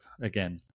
again